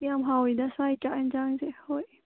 ꯌꯥꯝ ꯍꯥꯎꯋꯤꯗ ꯁ꯭ꯋꯥꯏ ꯆꯥꯛ ꯑꯦꯟꯁꯥꯡꯁꯦ ꯍꯣꯏ